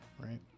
right